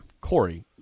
Corey